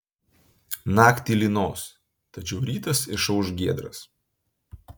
naktį lynos tačiau rytas išauš giedras